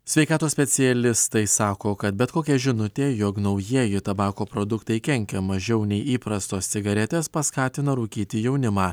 sveikatos specialistai sako kad bet kokia žinutė jog naujieji tabako produktai kenkia mažiau nei įprastos cigaretės paskatina rūkyti jaunimą